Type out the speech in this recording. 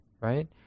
right